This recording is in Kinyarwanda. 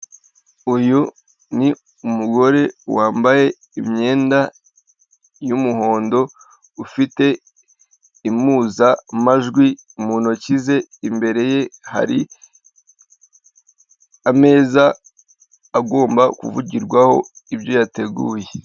Uyu ni umugore wambaye imyenda y'umuhondo, ufite impuzamajwi mu ntoki ze, imbere ye hari ameza agomba kuvugirwaho ibyo yateguye.